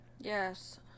yes